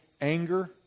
anger